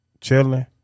Chilling